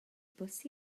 bws